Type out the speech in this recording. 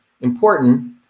important